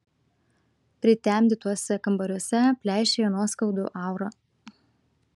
pritemdytuose kambariuose pleišėjo nuoskaudų aura